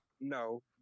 No